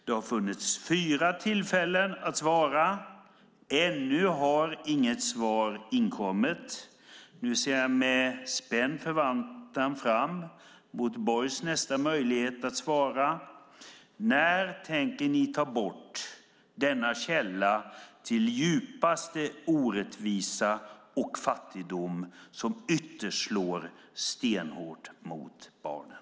Det har funnits fyra tillfällen att svara; ännu har inget svar inkommit. Nu ser jag med spänd förväntan fram mot Borgs nästa möjlighet att svara: När tänker ni ta bort denna källa till djupaste orättvisa och fattigdom som ytterst slår stenhårt mot barnen?